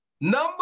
Number